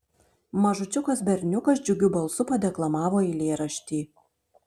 mažučiukas berniukas džiugiu balsu padeklamavo eilėraštį